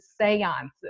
seances